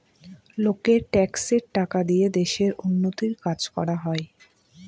লোকের ট্যাক্সের টাকা দিয়ে দেশের উন্নতির কাজ করা হয়